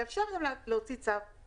ואפשר גם להוציא צו להפסקה מינהלית.